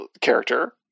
character